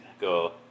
go